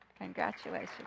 Congratulations